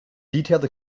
detailed